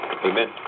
Amen